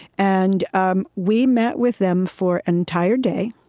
and um we met with them for entire day.